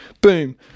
boom